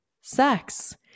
sex